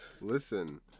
Listen